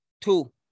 Two